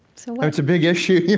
so that's a big issue.